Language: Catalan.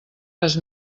res